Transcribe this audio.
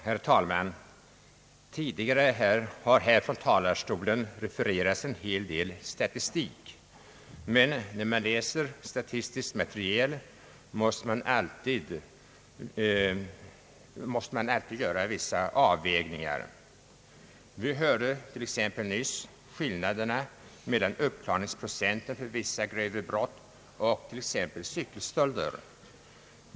Herr talman! En hel del statistik har tidigare refererats från denna talarstol, men när man läser statistiskt material måste man alltid göra vissa avvägningar. Vi hörde t.ex. nyss skillnaden mellan uppklaringsprocenten för vissa grövre brott och cykelstölder.